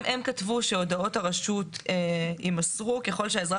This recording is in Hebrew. הם כתבו שהודעות הרשות יימסרו ככל שהאזרח